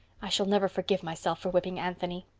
i shall never forgive myself for whipping anthony.